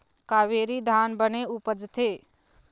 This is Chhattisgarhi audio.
कावेरी धान बने उपजथे?